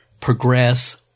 Progress